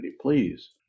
Please